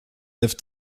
lève